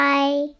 Bye